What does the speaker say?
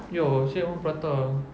ya say I want prata